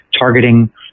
targeting